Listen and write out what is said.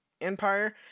Empire